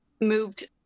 moved